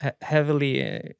heavily